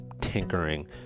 tinkering